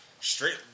straight